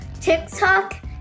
TikTok